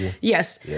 yes